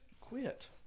quit